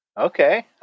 Okay